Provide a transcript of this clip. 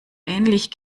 ähnlich